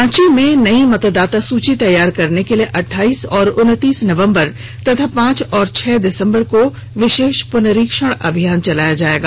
रांची में नई मतदाता सुची तैयार करने के लिए अठाईस और उनतीस नवंबर तथा पांच और छह दिसंबर को विशेष प्नरीक्षण अभियान चलाया जाएगा